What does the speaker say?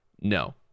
No